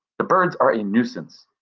the birds are a nuisance.